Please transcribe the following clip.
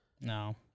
No